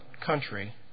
country